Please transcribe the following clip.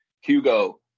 Hugo